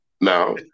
now